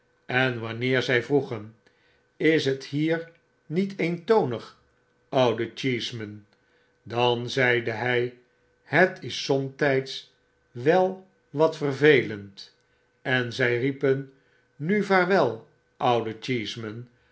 en wanneer zy vroegen w is het hier niet eentonig oude cheeseman dan zeide hij b het is somtyds wel wat vervelend en zy riepen fl nu vaarwel oude